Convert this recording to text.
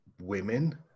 women